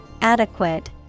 Adequate